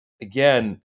again